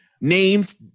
Names